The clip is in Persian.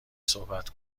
صحبت